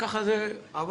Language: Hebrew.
וככה זה עבר.